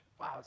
Wow